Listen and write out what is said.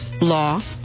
law